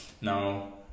Now